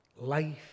life